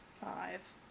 five